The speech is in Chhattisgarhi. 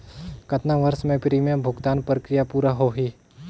कतना वर्ष मे प्रीमियम भुगतान प्रक्रिया पूरा होही?